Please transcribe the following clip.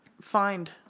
find